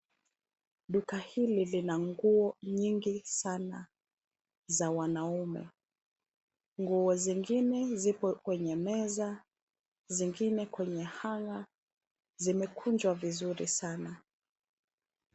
Duka hili lina nguo nyingi sana za wanaume. Nguo zingine zipo kwenye meza, zingine kwneye hanger . Zimekunjwa vizuri sana.